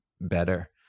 better